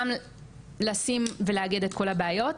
גם לשים ולאגד את כל הבעיות,